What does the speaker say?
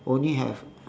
only have